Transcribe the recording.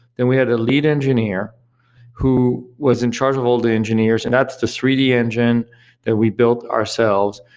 then we had a lead engineer who was in charge of all the engineers and that's the three d engine that we built ourselves.